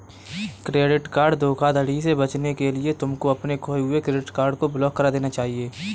credit card धोखाधड़ी से बचने के लिए तुमको अपने खोए हुए कार्ड को ब्लॉक करा देना चाहिए